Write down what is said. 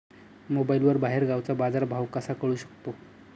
मोबाईलवर बाहेरगावचा बाजारभाव कसा कळू शकतो?